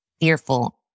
fearful